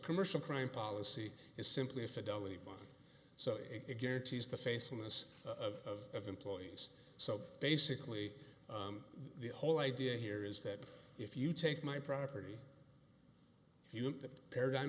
commercial crime policy is simply a fidelity bond so it guarantees the faceless of of employees so basically the whole idea here is that if you take my property the paradigm